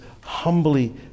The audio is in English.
humbly